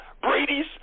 Brady's